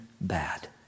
bad